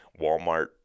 walmart